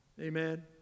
Amen